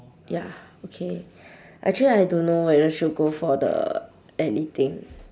ya okay actually I don't know whether should go for the ally thing